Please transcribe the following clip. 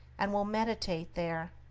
and will meditate there,